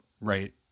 right